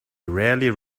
rarely